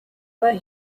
but